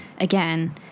again